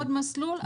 עוד מסלול.